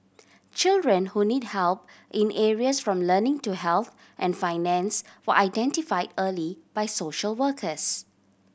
children who need help in areas from learning to health and finance were identified early by social workers